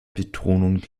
betonung